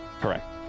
Correct